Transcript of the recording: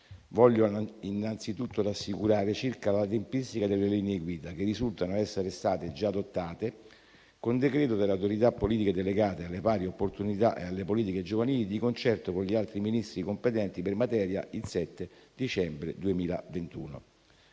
Voglio innanzitutto rassicurare circa la tempistica delle linee guida che risultano essere state già adottate con decreto delle autorità politiche delegate alle pari opportunità e alle politiche giovanili, di concerto con gli altri Ministri competenti per materia il 7 dicembre 2021.